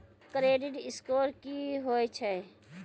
Credit score की होय छै?